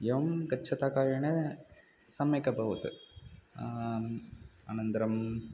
एवं गच्छता कालेन सम्यक् अभवत् अनन्तरं